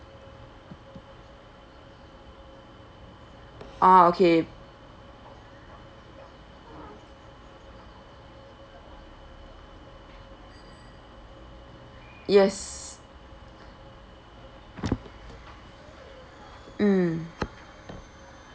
ah okay yes mm